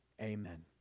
Amen